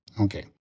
Okay